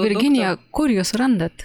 virginija kur jūs randat